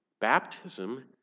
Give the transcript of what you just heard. Baptism